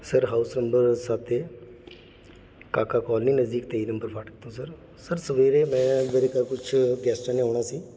sir house number ਸੱਤ A ਕਾਕਾ colony ਨਜ਼ਦੀਕ ਤੇਈ ਨੰਬਰ ਫਾਟਕ ਤੋਂ ਸਰ ਸਰ ਸਵੇਰੇ ਮੈਂ ਮੇਰੇ ਘਰ ਕੁਛ ਗੈਸਟਾਂ ਨੇ ਆਉਣਾ ਸੀ